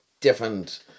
different